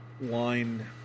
line